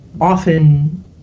often